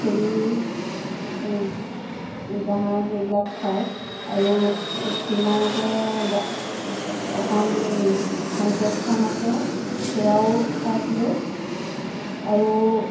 ferry জাহাজ এইবিলাক চাই আৰু কিনাৰতে দা এখন শান্তি আশ্ৰম আছে সেইয়াও চাইছিলোঁ আৰু